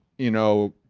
you know.